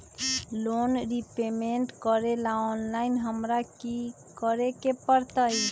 Loan repayment करेला online हमरा की करे के परतई?